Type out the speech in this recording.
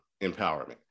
empowerment